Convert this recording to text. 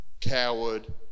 coward